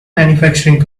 manufacturing